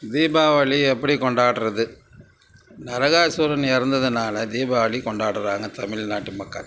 தீபாவளி எப்படி கொண்டாடுறது நரகாசுரன் இறந்ததுனால தீபாவளி கொண்டாடுகிறாங்க தமிழ்நாட்டு மக்கள்